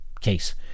Case